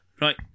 Right